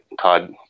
Todd